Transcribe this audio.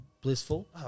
blissful